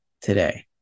today